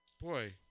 boy